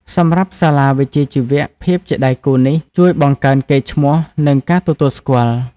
សម្រាប់សាលាវិជ្ជាជីវៈ ភាពជាដៃគូនេះជួយបង្កើនកេរ្តិ៍ឈ្មោះ និងការទទួលស្គាល់។